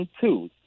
two